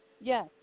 Yes